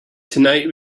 tonight